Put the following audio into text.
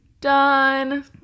done